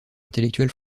intellectuel